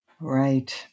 Right